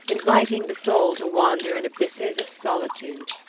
inviting the soul to wander in abysses of solitude.